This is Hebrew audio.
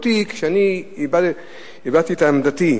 כשהבעתי את עמדתי,